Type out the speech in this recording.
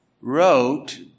wrote